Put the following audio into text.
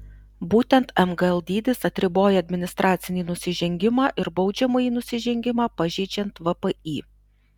būtent mgl dydis atriboja administracinį nusižengimą ir baudžiamąjį nusižengimą pažeidžiant vpį